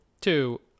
Two